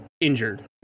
injured